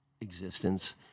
existence